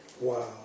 Wow